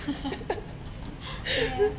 !aiya!